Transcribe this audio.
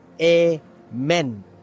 Amen